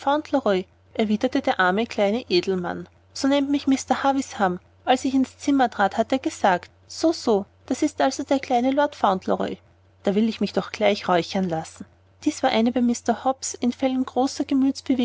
erwiderte der arme kleine edelmann so nennt mich mr havisham als ich ins zimmer trat hat er gesagt so so das ist also der kleine lord fauntleroy da will ich mich doch gleich räuchern lassen dies war eine bei mr hobbs in fällen großer